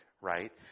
right